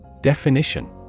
Definition